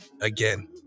Again